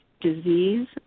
disease